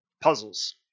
puzzles